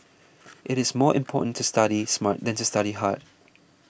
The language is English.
it is more important to study smart than to study hard